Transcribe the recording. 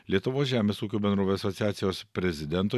lietuvos žemės ūkio bendrovių asociacijos prezidentui